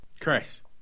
Chris